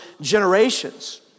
generations